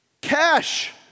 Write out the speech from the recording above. Cash